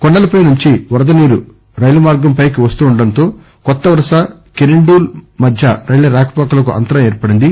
కొండల పై నుంచి వరద నీరు రైలు మార్గం పైకి వస్తుండడంతో కొత్తవలస కిరండోల్ మధ్య రైళ్ళ రాకపోకలకు అంతరాయం ఏర్పడింది